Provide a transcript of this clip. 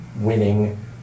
winning